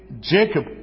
Jacob